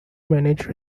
manage